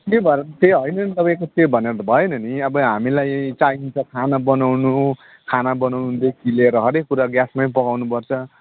त्यही भएर त्यही होइन नि तपाईँको त्यो भनेर त भएन नि अब हामीलाई चाहिन्छ खाना बनाउनु खाना बनाउनुदेखि लिएर हरेक कुरा ग्यासमै पकाउनुपर्छ